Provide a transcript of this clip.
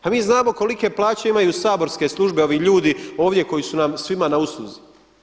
Mi znamo kolike plaće imaju saborske službe, ovi ljudi ovdje koji su nam svima na usluzi.